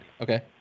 okay